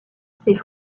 ses